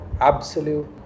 Absolute